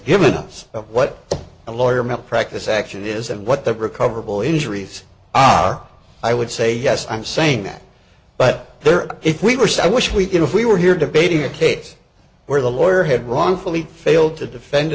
given us what a lawyer malpractise action is and what the recoverable injuries are i would say yes i'm saying that but there if we were so i wish we could if we were here debating a case where the lawyer had wrongfully failed to defend